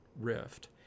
Rift